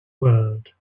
world